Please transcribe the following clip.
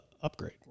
upgrade